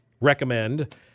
recommend